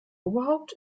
oberhaupt